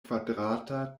kvadrata